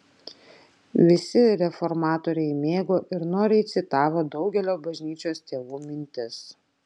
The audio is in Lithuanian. visi reformatoriai mėgo ir noriai citavo daugelio bažnyčios tėvų mintis